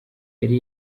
yari